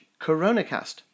coronacast